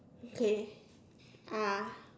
okay ah